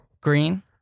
Green